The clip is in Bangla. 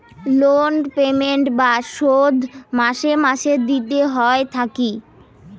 লোন পেমেন্ট বা শোধ মাসে মাসে দিতে হই থাকি